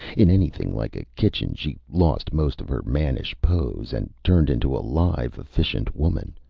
in anything like a kitchen, she lost most of her mannish pose and turned into a live, efficient woman.